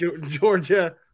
Georgia